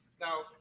Now